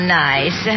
nice